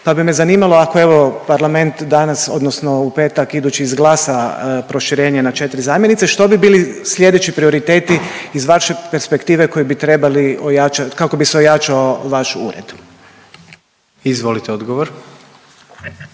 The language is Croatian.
pa bi me zanimalo ako evo parlament danas odnosno u petak idući izglasa proširenje na 4 zamjenice, što bi bili slijedeći prioriteti iz vaše perspektive koji bi trebali ojačat, kako bi se ojačao